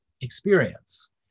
experience